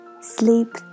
sleep